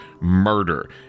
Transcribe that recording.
murder